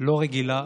לא רגילה,